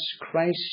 Christ